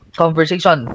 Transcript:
conversation